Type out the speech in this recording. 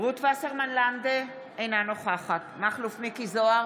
רות וסרמן לנדה, אינה נוכחת מכלוף מיקי זוהר,